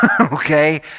Okay